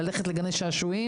ללכת לגני שעשועים,